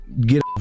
get